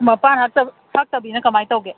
ꯃꯄꯥꯟ ꯍꯛꯇꯕꯤꯅ ꯀꯃꯥꯏꯅ ꯇꯧꯒꯦ